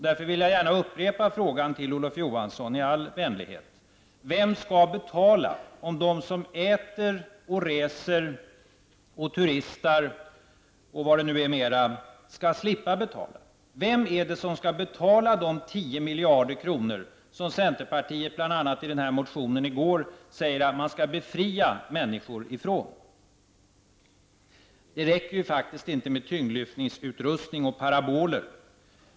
Därför vill jag upprepa frågan till Olof Johansson, i all vänlighet: Vem skall betala, om de som äter och reser och turistar och vad det nu är mera skall slippa betala? Vem skall betala de 10 miljarder kronor som centerpartiet, bl.a. i den här motionen i går, säger att man skall befria människor ifrån? Det räcker ju faktiskt inte med tyngdlyftningsutrustning och paraboler.